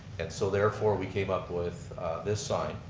and so therefore we came up with this sign.